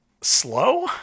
slow